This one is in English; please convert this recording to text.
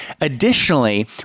Additionally